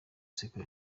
sekuru